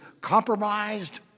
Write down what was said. compromised